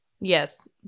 Yes